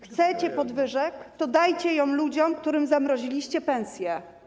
Chcecie podwyżek, to dajcie je ludziom, którym zamroziliście pensje.